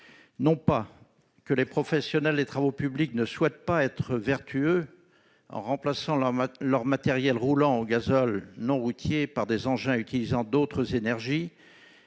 Non pas que les professionnels des travaux publics ne souhaitent pas être vertueux en remplaçant leur matériel roulant au GNR par des engins utilisant d'autres énergies.